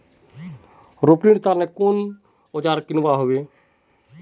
रोपनीर तने कुन औजार किनवा हबे